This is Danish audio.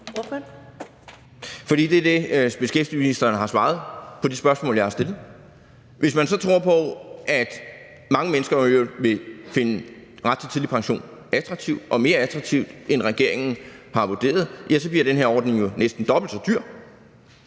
Fordi det er det, beskæftigelsesministeren har svaret på de spørgsmål, jeg har stillet. Hvis man så tror på, at mange mennesker i øvrigt vil finde retten til tidlig pension attraktiv og mere attraktiv, end regeringen har vurderet, ja, så bliver den her ordning jo næsten dobbelt så dyr.